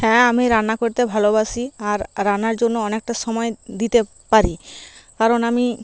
হ্যাঁ আমি রান্না করতে ভালোবাসি আর রান্নার জন্য অনেকটা সময় দিতে পারি কারণ আমি